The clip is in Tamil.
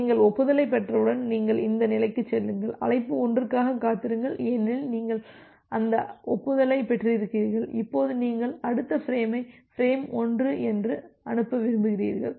நீங்கள் ஒப்புதலைப் பெற்றவுடன் நீங்கள் இந்த நிலைக்குச் செல்லுங்கள் அழைப்பு ஒன்றுக்காக காத்திருங்கள் ஏனெனில் நீங்கள் அந்த ஒப்புதலைப் பெற்றிருக்கிறீர்கள் இப்போது நீங்கள் அடுத்த ஃபிரேமை பிரேம் 1 என்று அனுப்ப விரும்புகிறீர்கள்